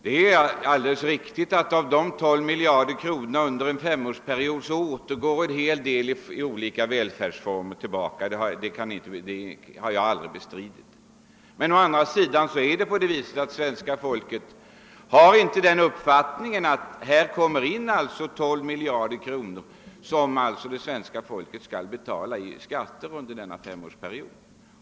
Det är alldeles riktigt att av de 12 miljarder kronorna under en femårsperiod en hel del går tillbaka i form av olika välfärdsanordningar; det har jag aldrig bestridit. Men å andra sidan förhåller det sig så att det kommer in 12 miljarder kronor som svenska folket skall betala i skatt under denna femårsperiod.